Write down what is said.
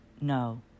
No